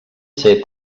ser